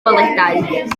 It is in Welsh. goleuadau